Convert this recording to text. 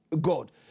God